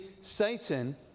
Satan